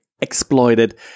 exploited